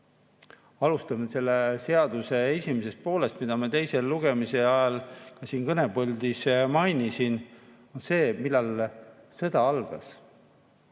Alustame selle seaduse esimesest poolest, mida ma teise lugemise ajal siin kõnepuldis mainisin. See on see, millal sõda algas.